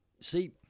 see